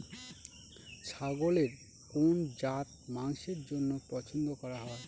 ছাগলের কোন জাত মাংসের জন্য পছন্দ করা হয়?